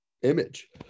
image